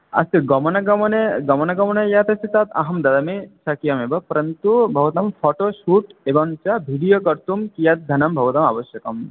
अस्तु गमनागमने गमनागमने यदस्ति तत् अहं ददामि सत्यमेव परन्तु भवतां फ़ोटोशूट् एवं च वीडियो कर्तुं कियद् धनं भवताम् आवश्यकं